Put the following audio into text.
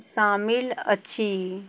शामिल अछि